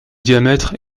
diamètre